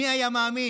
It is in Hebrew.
מי היה מאמין?